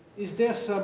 is this